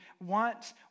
want